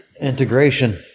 integration